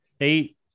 Eight